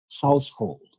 household